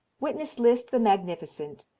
witness liszt the magnificent,